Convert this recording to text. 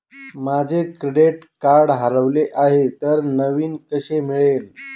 माझे credit card हरवले आहे तर नवीन कसे मिळेल?